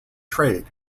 trade